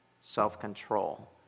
self-control